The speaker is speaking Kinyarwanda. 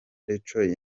rachel